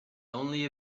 only